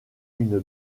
une